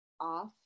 off